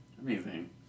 Amazing